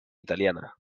italiana